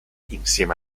insieme